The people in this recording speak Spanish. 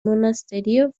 monasterio